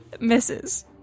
Misses